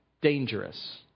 dangerous